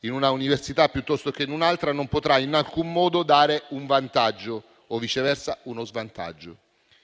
in una università piuttosto che in un'altra non potrà in alcun modo dare un vantaggio o, viceversa, uno svantaggio.